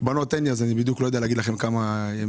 בנות אין לי ולכן אני לא יודע להגיד לכם כמה ימי